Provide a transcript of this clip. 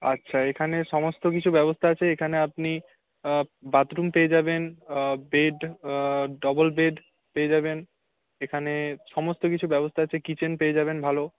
আচ্ছা এখানে সমস্ত কিছু ব্যবস্থা আছে এখানে আপনি বাথরুম পেয়ে যাবেন বেড ডবল বেড পেয়ে যাবেন এখানে সমস্ত কিছুর ব্যবস্থা আছে কিচেন পেয়ে যাবেন ভালো